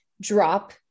drop